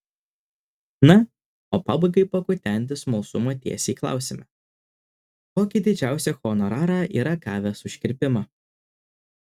na o pabaigai pakutenti smalsumo tiesiai klausiame kokį didžiausią honorarą yra gavęs už kirpimą